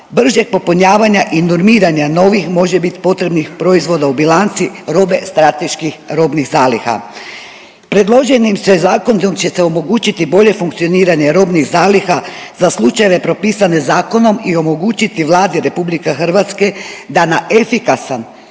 bržeg popunjavanja i normiranja novih možebit potrebnih proizvoda u bilanci robe strateških robnih zaliha. Predloženim zakonom će se omogućiti bolje funkcioniranje robnih zaliha za slučajeve propisane zakonom i omogućiti Vladi RH da na efikasan